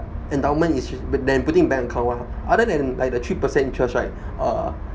endowment is pu~ than putting in bank account ah other than like the three percent interest right uh